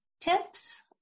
tips